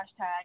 hashtag